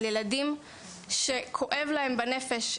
ילדים שכואב להם בנפש,